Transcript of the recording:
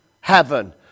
heaven